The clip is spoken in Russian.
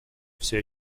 все